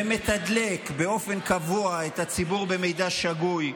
הוא מתדלק באופן קבוע את הציבור במידע שגוי,